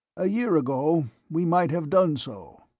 a year ago we might have done so.